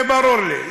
זה ברור לי.